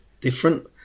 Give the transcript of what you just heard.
different